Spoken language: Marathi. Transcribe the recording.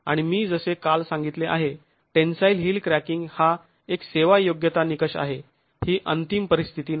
आणि मी जसे काल सांगितले आहे टेन्साईल हिल क्रॅकिंग हा एक सेवा योग्यता निकष आहे ही अंतिम परिस्थिती नाही